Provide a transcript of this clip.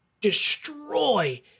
destroy